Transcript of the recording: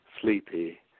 sleepy